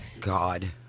God